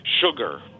sugar